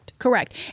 Correct